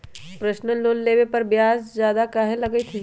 Personal loan लेबे पर ब्याज ज्यादा काहे लागईत है?